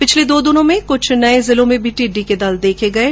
पिछले दो दिनों में कुछ नये जिलों में भी टिड्डी दल देखे गए हैं